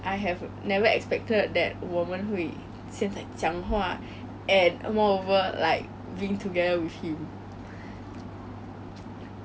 okay so 我觉得 a lot of things definitely has changed